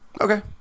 Okay